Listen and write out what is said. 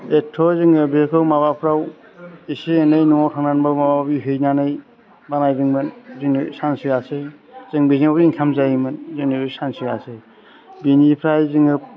एथ' जोङो बेखौ माबाफ्राव एसे एनै न'आव थांनानैबो माबा माबि हैनानै बानायदोंमोन जोंनो चान्स होआसै जों बेजोंबो इनकाम जायोमोन जोंनो बे चान्स होआसै बेनिफ्राय जोङो